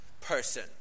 person